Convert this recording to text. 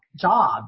job